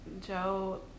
joe